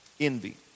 Envy